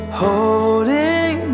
holding